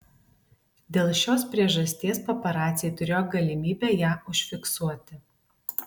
dėl šios priežasties paparaciai turėjo galimybę ją užfiksuoti